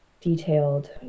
detailed